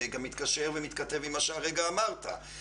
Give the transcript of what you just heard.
זה מתקשר עם מה שאתה אמרת קודם,